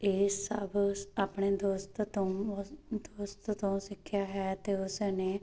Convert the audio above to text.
ਇਹ ਸਭ ਉਸ ਆਪਣੇ ਦੋਸਤ ਤੋਂ ਦੋਸਤ ਤੋਂ ਸਿੱਖਿਆ ਹੈ ਅਤੇ ਉਸ ਨੇ